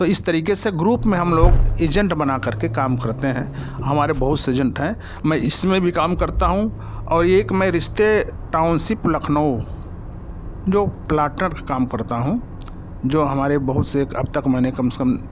तो इस तरीके से ग्रुप में हम लोग इजेंट बना करके काम करते हैं हमारे बहुत से एजेंट हैं मैं इसमें भी काम करता हूँ और एक मैं रिस्ते टाउनसिप लखनऊ जो प्लाटर काम करता हूँ जो हमारे बहुत से अब मैंने कम से कम